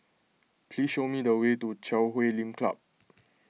please show me the way to Chui Huay Lim Club